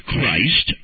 Christ